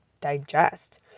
digest